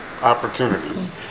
opportunities